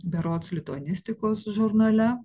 berods lituanistikos žurnale